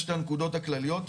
אלה שתי הנקודות הכלכליות.